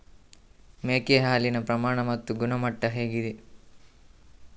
ಮೇಕೆ ಹಾಲಿನ ಪ್ರಮಾಣ ಮತ್ತು ಗುಣಮಟ್ಟ ಹೇಗಿದೆ?